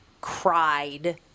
cried